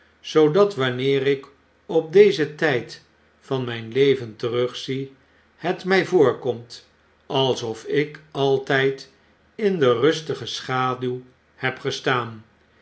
zoodat wanneer ik op dezen tyd van myn leven terugzie het my voorkomt alsof ik altijd in de rustige schaduw heb gestaan